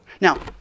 Now